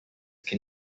can